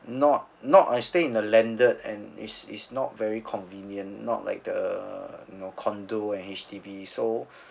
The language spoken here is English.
not not I stay in the landed and it's it's not very convenient not like the you know condo and H_D_B so